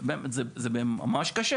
בזמנו חברת הכנסת חנין זועבי עשתה מחקר,